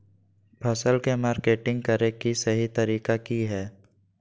फसल के मार्केटिंग करें कि सही तरीका की हय?